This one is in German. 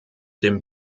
dem